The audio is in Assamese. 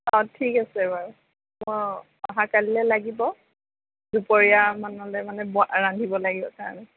অঁ ঠিক আছে বাৰু অঁ অহা কালিলৈ লাগিব দুপৰীয়ামানলৈ মানে ৰান্ধিব লাগিব কাৰণে